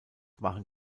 waren